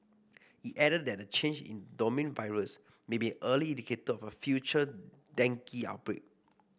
it added that the change in the dominant virus may be an early indicator of a future dengue outbreak